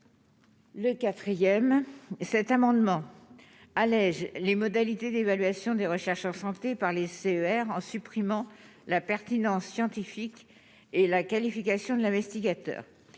Le 4ème cet amendement allège les modalités d'évaluation de recherche en santé par les CER en supprimant la pertinence scientifique et la qualification de l'investigateur,